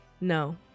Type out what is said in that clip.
No